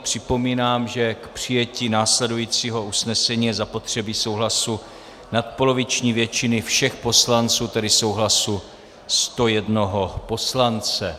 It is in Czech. Připomínám, že k přijetí následujícího usnesení je zapotřebí souhlasu nadpoloviční většiny všech poslanců, tedy souhlasu 101 poslance.